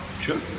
Sure